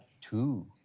two